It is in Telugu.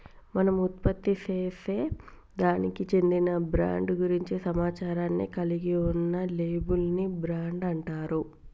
మనం ఉత్పత్తిసేసే దానికి చెందిన బ్రాండ్ గురించి సమాచారాన్ని కలిగి ఉన్న లేబుల్ ని బ్రాండ్ అంటారు